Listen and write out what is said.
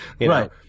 Right